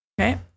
okay